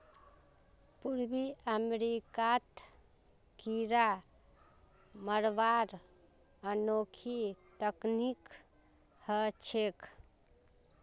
पूर्वी अमेरिकात कीरा मरवार अनोखी तकनीक ह छेक